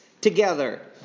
together